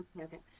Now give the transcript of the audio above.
okay